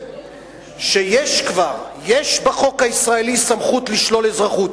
שיש בחוק הישראלי סמכות לשלול אזרחות.